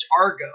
Argo